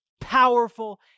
powerful